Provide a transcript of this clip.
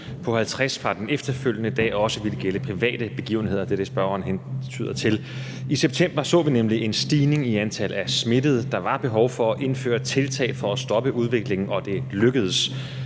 fra den efterfølgende dag også ville gælde private begivenheder; det er det, spørgeren hentyder til. I september så vi nemlig en stigning i antallet af smittede. Der var behov for at indføre tiltag for at stoppe udviklingen, og det lykkedes